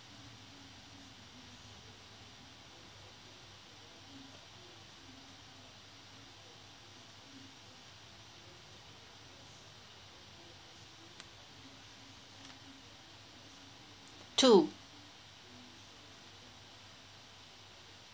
two